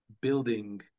building